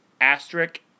asterisk